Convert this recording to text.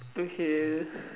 okay